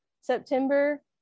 September